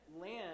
land